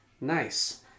Nice